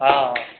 हँ